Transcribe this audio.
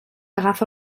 agafa